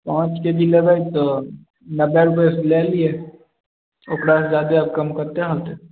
पॉंच K G लेबै नबे रूपये लै लियै ओकरा से जादे कम कते होतै